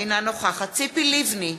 אינה נוכחת ציפי לבני,